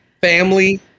family